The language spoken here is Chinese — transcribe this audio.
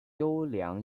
优良